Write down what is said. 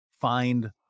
find